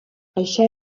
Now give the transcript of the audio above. això